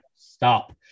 Stop